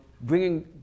bringing